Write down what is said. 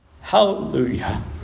Hallelujah